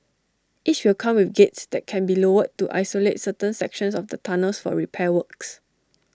each will come with gates that can be lowered to isolate certain sections of the tunnels for repair works